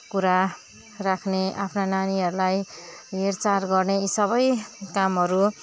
कुरा राख्ने आफ्ना नानीहरूलाई हेरचाह गर्ने यी सबै कामहरू